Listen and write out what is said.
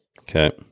Okay